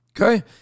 Okay